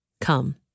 Come